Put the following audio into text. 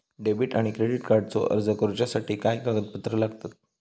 Debit आणि credit कार्डचो अर्ज करुच्यासाठी काय कागदपत्र लागतत?